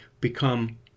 become